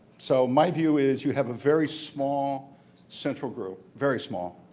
so my view is, you have a very small central group, very small.